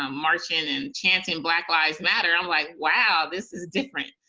um marching and chanting black lives matter, i'm like, wow this is different.